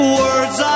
words